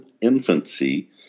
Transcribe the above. infancy